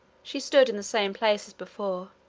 she stood in the same place as before,